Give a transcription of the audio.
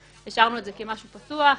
השארנו את זה כמשהו פתוח,